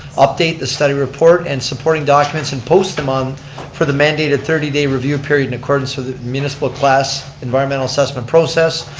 update the study report and supporting documents and post them um for the mandated thirty day review period in accordance with the municipal class environmental assessment process.